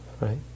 right